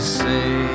say